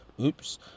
Oops